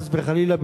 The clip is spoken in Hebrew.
חס וחלילה,